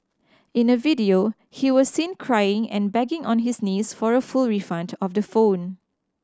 in a video he was seen crying and begging on his knees for a full refund of the phone